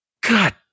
God